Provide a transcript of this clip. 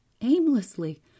aimlessly